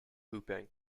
hooping